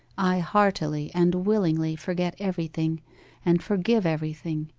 i heartily and willingly forget everything and forgive everything.